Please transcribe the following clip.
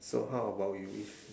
so how about you wish